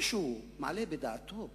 מישהו היה מעלה בדעתו